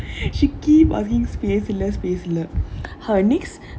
she keep hogging space இல்ல:illa space இல்ல:illa her next